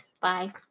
Bye